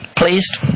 Pleased